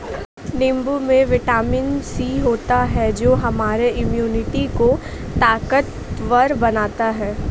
नींबू में vitamin C होता है जो हमारे इम्यूनिटी को ताकतवर बनाता है